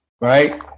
right